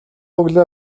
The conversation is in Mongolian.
өглөө